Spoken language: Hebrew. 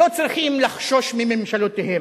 לא צריכים לחשוש מממשלותיהם,